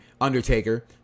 undertaker